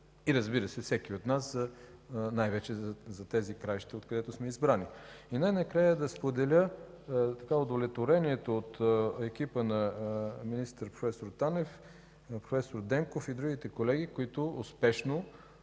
И, разбира се, всеки от нас – най-вече за тези краища, откъдето сме избрани. Най-накрая да споделя удовлетворението от екипа на проф. Танев, на проф. Денков и другите колеги, които успешно